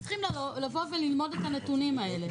צריכים לבוא וללמוד את הנתונים האלה.